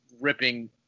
ripping